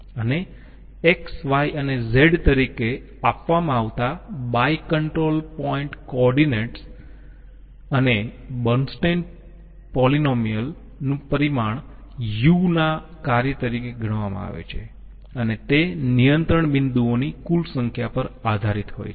અને X Y અને Z તરીકે આપવામાં આવતા બાય કંટ્રોલ પોઈન્ટ કોઓર્ડિનેટ્સ અને બર્નસ્ટેઈન પ્રોનોમિનલ નું પરિમાણ u ના કાર્ય તરીકે ગણવામાં આવે છે અને તે નિયંત્રણ બિંદુઓની કુલ સંખ્યા પર આધારિત હોય છે